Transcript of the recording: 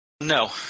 No